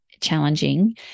challenging